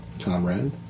comrade